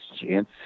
chance